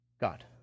God